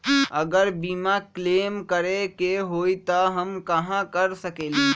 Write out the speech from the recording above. अगर बीमा क्लेम करे के होई त हम कहा कर सकेली?